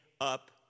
up